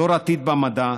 דור העתיד במדע,